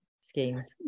schemes